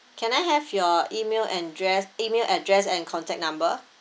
can I have your email address email address and contact number